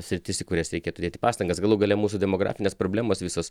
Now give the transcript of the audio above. sritis į kurias reikėtų dėti pastangas galų gale mūsų demografinės problemos visos